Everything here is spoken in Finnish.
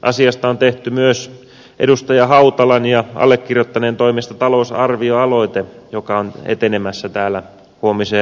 asiasta on tehty myös edustaja hautalan ja allekirjoittaneen toimesta talousarvioaloite joka on etenemässä täällä huomiseen äänestykseen